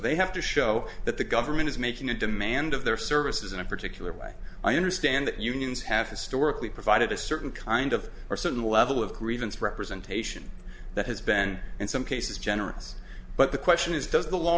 they have to show that the government is making a demand of their services in a particular way i understand that unions have historically provided a certain kind of or certain level of grievance representation that has been in some cases generous but the question is does the law